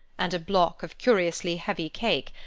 and a block of curiously heavy cake,